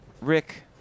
Rick